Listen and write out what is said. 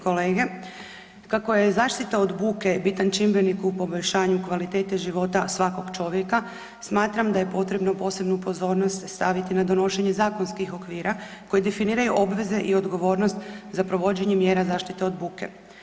kolege, kako je zaštita od buke bitan čimbenik u poboljšanju kvalitete života svakog čovjeka smatram da je potrebno posebnu pozornost staviti na donošenje zakonskih okvira koji definiraju obveze i odgovornost za provođenje mjera zaštite od buke.